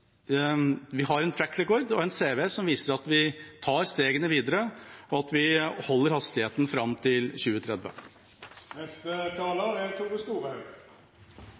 vi har en trackrecord og en cv som viser at vi tar stegene videre, og at vi holder hastigheten fram til 2030. Det er